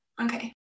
Okay